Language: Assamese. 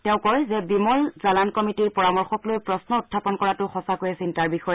তেওঁ কয় যে বিমল জালান কমিটিৰ পৰামৰ্শক লৈ প্ৰশ্ন উখাপন কৰাটো সঁচাকৈয়ে চিন্তাৰ বিষয়